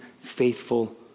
faithful